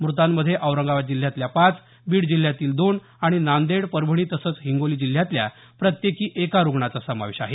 मृतांमध्ये औरंगाबाद जिल्ह्यातल्या पाच बीड जिल्ह्यातील दोन आणि नांदेड परभणी तसंच हिंगोली जिल्ह्यातल्या प्रत्येकी एका रुग्णाचा समावेश आहे